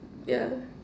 yeah